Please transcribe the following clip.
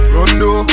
Rondo